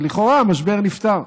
ולכאורה המשבר נפתר.